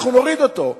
אנחנו נוריד אותו,